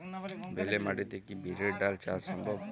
বেলে মাটিতে কি বিরির ডাল চাষ সম্ভব?